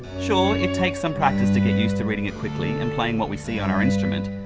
sure, it takes some practice to get used to reading it quickly and playing what we see on our instrument,